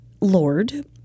Lord